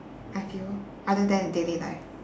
I feel other than daily life